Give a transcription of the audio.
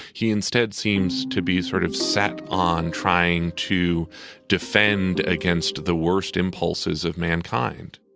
he instead seems to be sort of set on trying to defend against the worst impulses of mankind